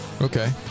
Okay